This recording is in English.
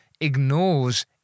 ignores